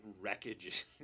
wreckage